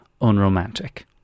unromantic